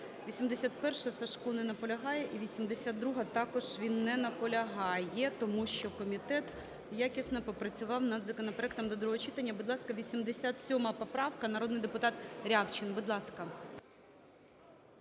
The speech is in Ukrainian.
81-а. Сажко. Не наполягає. І 82-а також він не наполягає. Тому що комітет якісно попрацював над законопроектом до другого читання. Будь ласка, 87 поправка. Народний депутат Рябчин. Будь ласка.